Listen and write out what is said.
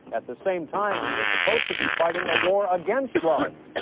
at the same time we were supposed to be fighting a war against drugs.